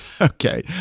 Okay